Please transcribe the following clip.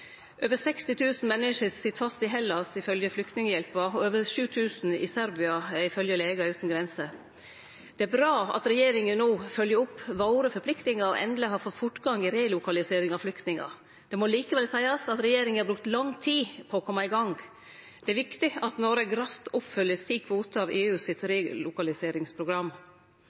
Over 60 000 menneske sit fast i Hellas, ifølgje Flyktninghjelpen, og over 7 000 i Serbia, ifølgje Leger Uten Grenser. Det er bra at regjeringa no følgjer opp våre forpliktingar og endeleg har fått fortgang i relokalisering av flyktningar. Det må likevel seiast at regjeringa har brukt lang tid på å kome i gang. Det er viktig at Noreg raskt oppfyller sin kvote av